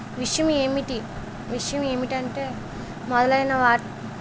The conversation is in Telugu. విషయం ఏమిటి విషయం ఏమిటంటే మొదలైన వా